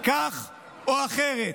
כך או אחרת,